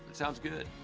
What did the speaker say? sounds good.